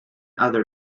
other